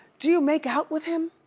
do you make out with him?